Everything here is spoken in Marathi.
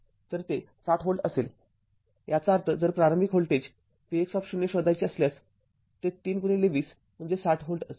तर ते ६० V असेल याचा अर्थ जर प्रारंभिक व्होल्टेज Vx शोधायचे असल्यास ते ३२० म्हणजे ६०V असेल